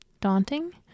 daunting